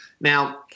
Now